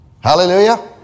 Hallelujah